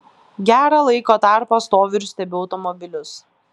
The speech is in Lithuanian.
gerą laiko tarpą stoviu ir stebiu automobilius